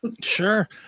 Sure